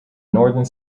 northern